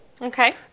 okay